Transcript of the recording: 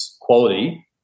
quality